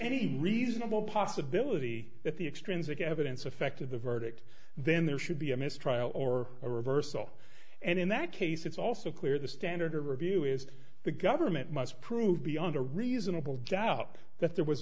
any reasonable possibility that the extrinsic evidence affected the verdict then there should be a mistrial or a reversal and in that case it's also clear the standard of review is the government must prove beyond a reasonable doubt that there was